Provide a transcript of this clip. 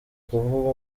kuvuga